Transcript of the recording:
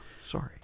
sorry